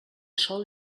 sol